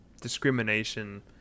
discrimination